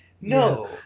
no